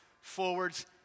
forwards